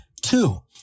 two